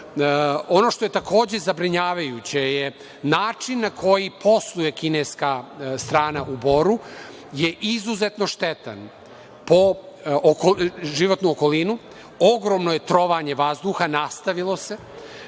što je takođe zabrinjavajuće je način na koji posluje kineska strana u Boru, izuzetno je štetan po životnu okolinu. Ogromno je trovanje vazduha, nastavilo se.